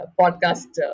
podcast